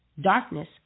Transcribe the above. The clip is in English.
darkness